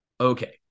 Okay